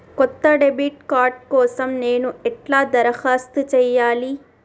కొత్త debit card కోసం నేను ఎట్లా దరఖాస్తు చేయాలి?